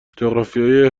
جغرافیای